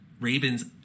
Ravens